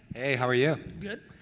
hey how are you? good.